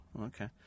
Okay